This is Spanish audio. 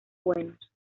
buenos